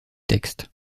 texte